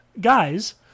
guys